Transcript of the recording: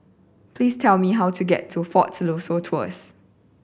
please tell me how to get to Fort Siloso Tours